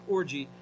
Orgy